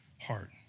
heart